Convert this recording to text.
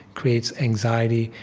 creates anxiety,